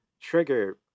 Trigger